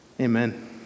Amen